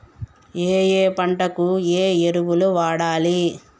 ఏయే పంటకు ఏ ఎరువులు వాడాలి?